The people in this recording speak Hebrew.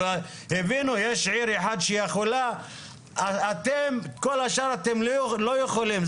הבינו, יש עיר אחת שיכולה, כל השאר אתם לא יכולים.